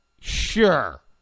Sure